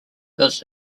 was